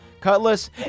cutlass